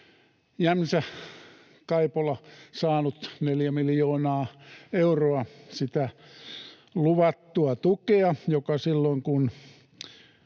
Jämsä-Kaipola saanut 4 miljoonaa euroa luvattua tukea. Silloin kun